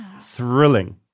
thrilling